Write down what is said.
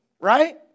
Right